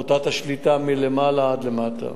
מוטת השליטה מלמעלה עד למטה.